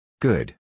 Good